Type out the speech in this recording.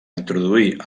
introduir